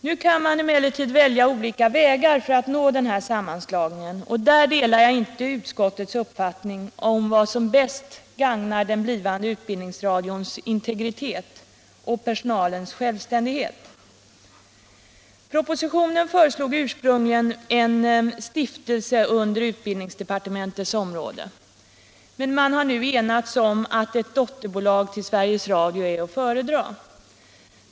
Nu kan man emellertid välja olika vägar för att nå denna sammanslagning, och där delar jag inte utskottets uppfattning om vad som bäst gagnar den blivande utbildningsradions integritet och personalens självständighet. Propositionen föreslog ursprungligen en stiftelse under utbildningsdepartementets område, men man har i utskottet enats om att ett dotterbolag till Sveriges Radio är att föredra.